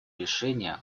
решения